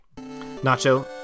Nacho